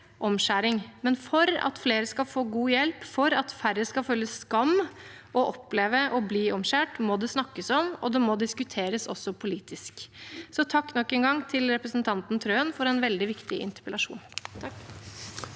men for at flere skal få god hjelp, for at færre skal føle skam og oppleve å bli omskåret, må det snakkes om, og det må diskuteres også politisk. Så takk nok en gang til representanten Trøen for en veldig viktig interpellasjon.